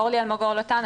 אורלי אלמגור לוטן,